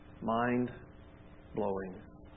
Mind-blowing